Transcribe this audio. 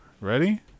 Ready